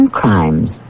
crimes